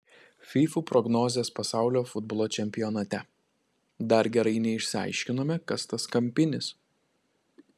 fyfų prognozės pasaulio futbolo čempionate dar gerai neišsiaiškinome kas tas kampinis